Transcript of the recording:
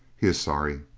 he is sorry.